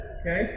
okay